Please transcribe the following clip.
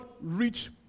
reach